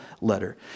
letter